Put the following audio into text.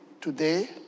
today